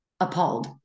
appalled